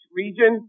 region